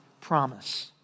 promise